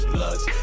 bloods